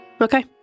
Okay